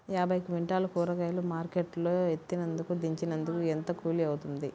యాభై క్వింటాలు కూరగాయలు మార్కెట్ లో ఎత్తినందుకు, దించినందుకు ఏంత కూలి అవుతుంది?